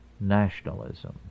nationalism